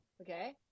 okay